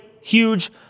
huge